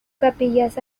capillas